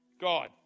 God